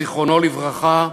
זיכרונו לברכה,